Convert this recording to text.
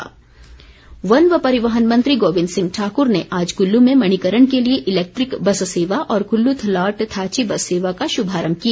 गोबिंद सिंह वन व परिवहन मंत्री गोबिंद सिंह ठाकुर ने आज कुल्लू में मणिकर्ण के लिए इलेक्ट्रिक बस सेवा और कुल्लू थलौट थाची बस सेवा का शुभारम्म किया